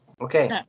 Okay